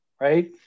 right